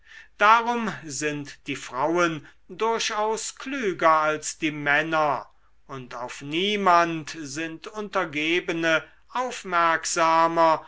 darum sind die frauen durchaus klüger als die männer und auf niemand sind untergebene aufmerksamer